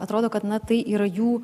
atrodo kad na tai yra jų